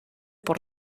por